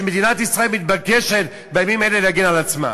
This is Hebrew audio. כשמדינת ישראל מתבקשת בימים אלה להגן על עצמה.